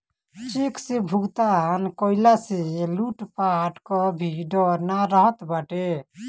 check से भुगतान कईला से लूटपाट कअ भी डर नाइ रहत बाटे